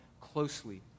closely